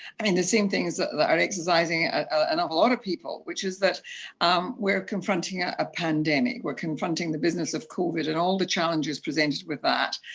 i mean, the same things that are exercising an awful lot of people, which is that um we're confronting a ah pandemic, we're confronting the business of covid and all the challenges presented with that,